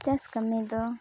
ᱪᱟᱥ ᱠᱟᱹᱢᱤ ᱫᱚ